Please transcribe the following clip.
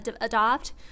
adopt